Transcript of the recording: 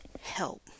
help